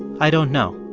i don't know.